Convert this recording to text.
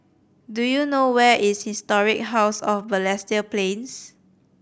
do you know where is Historic House of Balestier Plains